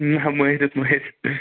نہٕ مٲرِتھ مٲرِتھ